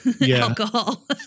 alcohol